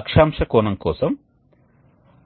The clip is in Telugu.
ఎక్స్ఛేంజర్ పొడవుతో పాటు ఉష్ణోగ్రత మార్పును పొందుతాము అది ఒక సరళ ఉష్ణోగ్రత మార్పు వేడి వాయువు ప్రవాహం కోసం మాత్రమే కాదు ఇది చల్లని వాయువు ప్రవాహం కోసం సరళ రేఖ అవుతుంది